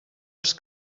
els